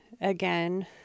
again